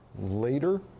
later